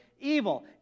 evil